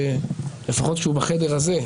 לפחות כשהוא בחדר הזה,